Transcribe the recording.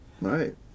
Right